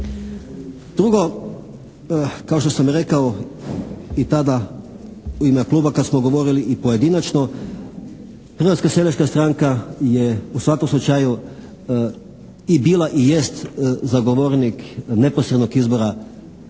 Drugo, kao što sam i rekao i tada u ime Kluba kad smo govorili i pojedinačno Hrvatska seljačka stranka je u svakom slučaju i bila i jest zagovornik neposrednog izbora čelnika